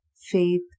faith